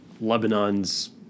Lebanon's